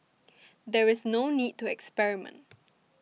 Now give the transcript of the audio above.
there's no need to experiment